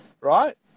right